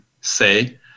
say